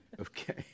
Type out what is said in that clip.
Okay